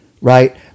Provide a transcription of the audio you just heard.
right